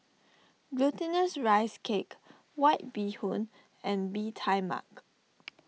Glutinous Rice Cake White Bee Hoon and Bee Tai Mak